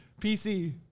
PC